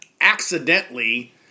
accidentally